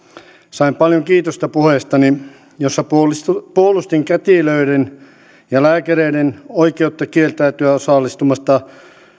sain paljon kiitosta puheestani jossa puolustin kätilöiden ja lääkäreiden oikeutta kieltäytyä osallistumasta